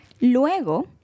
Luego